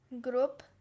group